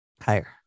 Higher